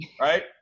right